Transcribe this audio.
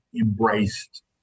embraced